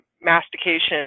mastication